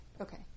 Okay